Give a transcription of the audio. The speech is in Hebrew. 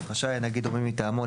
רשאי הנגיד או מי מטעמו,